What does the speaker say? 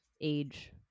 age